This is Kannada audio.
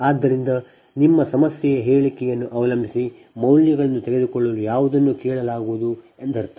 ಆದ್ದರಿಂದ ನಿಮ್ಮ ಸಮಸ್ಯೆಯ ಹೇಳಿಕೆಯನ್ನು ಅವಲಂಬಿಸಿ ಮೌಲ್ಯಗಳನ್ನು ತೆಗೆದುಕೊಳ್ಳಲು ಯಾವುದನ್ನು ಕೇಳಲಾಗುವುದು ಎಂದರ್ಥ